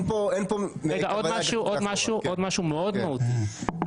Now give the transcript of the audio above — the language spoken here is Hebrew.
עוד משהו מאוד מהותי.